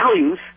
values